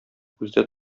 күздә